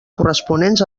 corresponents